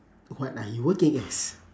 what are you working as